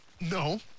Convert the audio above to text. No